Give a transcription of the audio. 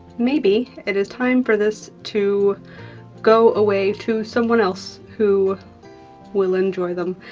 maybe it is time for this to go away to someone else who will enjoy them,